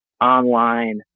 online